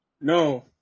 No